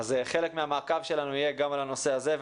חלק מהמעקב שלנו יהיה גם על הנושא הזה.